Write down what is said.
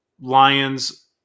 Lions